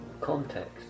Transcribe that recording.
context